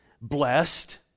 Blessed